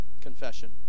confession